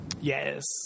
Yes